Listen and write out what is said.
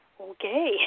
Okay